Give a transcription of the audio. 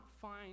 find